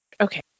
Okay